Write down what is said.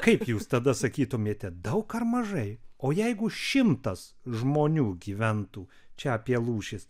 kaip jūs tada sakytumėte daug ar mažai o jeigu šimtas žmonių gyventų čia apie lūšis